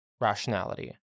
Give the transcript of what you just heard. Rationality